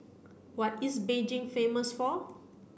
what is Beijing famous for